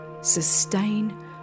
sustain